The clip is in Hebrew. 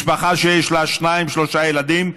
משפחה שיש לה שניים או שלושה ילדים,